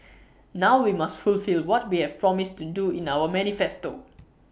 now we must fulfil what we have promised to do in our manifesto